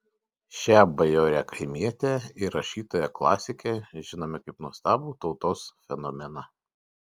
šią bajorę kaimietę ir rašytoją klasikę žinome kaip nuostabų tautos fenomeną